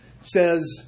says